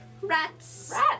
Rats